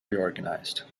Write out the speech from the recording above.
reorganized